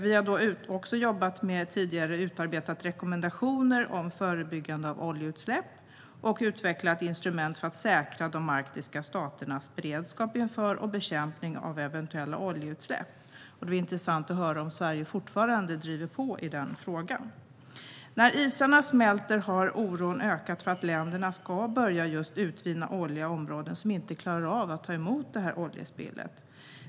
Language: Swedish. Vi har tidigare jobbat med att utarbeta rekommendationer om förebyggande av oljeutsläpp och utvecklat instrument för att säkra de arktiska staternas beredskap inför och bekämpning av eventuella oljeutsläpp. Det vore intressant att höra om Sverige fortfarande driver på i den frågan. När isarna smälter har oron ökat för att länderna ska börja utvinna olja i områden som inte klarar av att ta emot oljespill.